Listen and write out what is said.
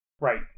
Right